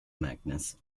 magnus